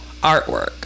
artwork